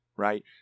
Right